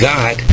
God